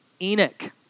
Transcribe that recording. Enoch